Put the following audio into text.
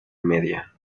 media